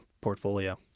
portfolio